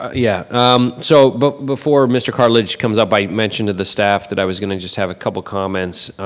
ah yeah um so but before mr. cartlidge comes up, i mentioned to the staff that i was gonna just have a couple of comments